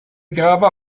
grava